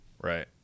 Right